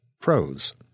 pros